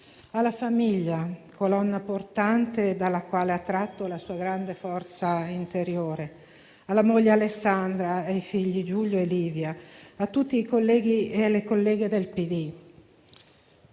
Alla famiglia, colonna portante dalla quale ha tratto la sua grande forza interiore, alla moglie Alessandra e ai figli Giulio e Livia, a tutti i colleghi e le colleghe del PD,